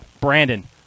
Brandon